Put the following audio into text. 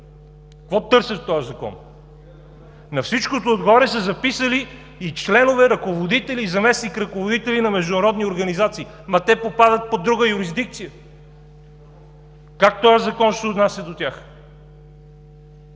какво търсят в този Закон? На всичкото отгоре са записали и „членове, ръководители и заместник-ръководители на международни организации“. Те попадат под друга юрисдикция, как този Закон ще се отнася до тях?!